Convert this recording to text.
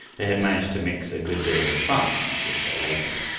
they had managed to mix a good deal of fun with their labor.